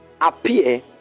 appear